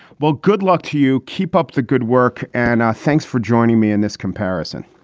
well, good luck to you. keep up the good work. and thanks for joining me in this comparison.